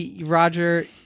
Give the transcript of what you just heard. Roger